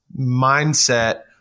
mindset